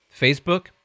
Facebook